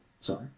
Sorry